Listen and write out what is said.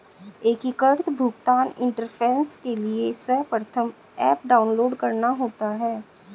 एकीकृत भुगतान इंटरफेस के लिए सर्वप्रथम ऐप डाउनलोड करना होता है